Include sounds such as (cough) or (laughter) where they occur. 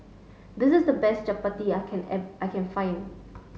this is the best Chappati I can (unintelligible) I can find